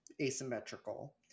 asymmetrical